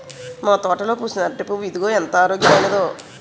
మా తోటలో పూసిన అరిటి పువ్వు ఇదిగో ఎంత ఆరోగ్యమైనదో